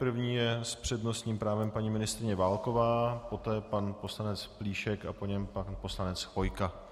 První je s přednostním právem paní ministryně Válková, poté pan poslanec Plíšek a po něm pan poslanec Chvojka.